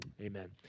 amen